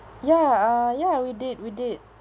ya uh ya we did we did